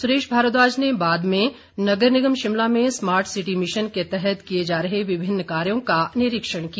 सुरेश भारद्वाज ने बाद में नगर निगम शिमला में स्मार्ट सिटी मिशन के तहत किए जा रहे विभिन्न कार्यों का निरीक्षण किया